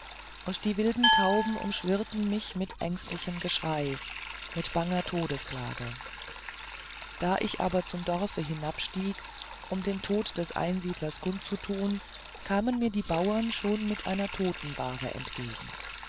und die wilden tauben umschwirrten mich mit ängstlichem geschrei mit banger todesklage da ich aber zum dorfe hinabstieg um den tod des einsiedlers kundzutun kamen mir die bauern schon mit einer totenbahre entgegen